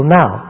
now